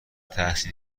تحصیل